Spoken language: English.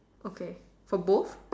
okay for both